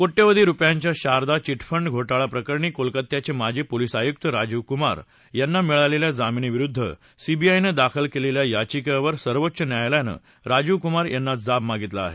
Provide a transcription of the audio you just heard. कोट्यावधी रुपयांच्या शारदा चिटफंड घोटाळा प्रकरणी कोलकत्याचे माजी पोलीस आयुक्त राजीव कुमार यांना मिळालेल्या जामीनाविरुद्ध सीबीआयनं दाखल केलेल्या याचिकेवर सर्वोच्च न्यायालयानं राजीव कुमार यांना जाब विचारला आहे